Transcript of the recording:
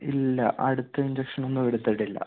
ഇല്ല അടുത്ത് ഇഞ്ചക്ഷൻ ഒന്നും എടുത്തിട്ടില്ല